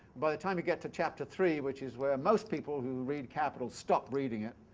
by the time you get to chapter three, which is where most people who read capital stop reading it,